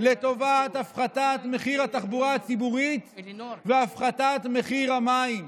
לטובת הפחתת מחיר התחבורה הציבורית והפחתת מחיר המים